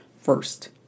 first